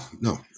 no